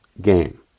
game